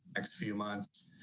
next few months